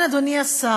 אדוני השר,